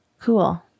cool